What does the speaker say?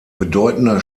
bedeutender